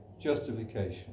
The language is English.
justification